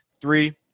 three